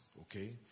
Okay